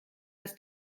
dass